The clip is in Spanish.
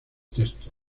textos